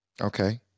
Okay